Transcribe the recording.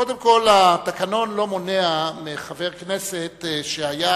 קודם כול, התקנון לא מונע מחבר כנסת שהיה